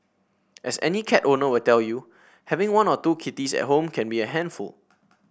as any cat owner will tell you having one or two kitties at home can be a handful